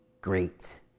great